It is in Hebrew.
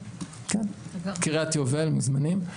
קריית יובל, מוזמנים.